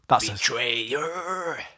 Betrayer